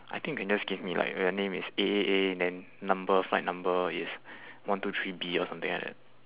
I think you can just give me like uh name is A A A then number flight number is one two three B or something like that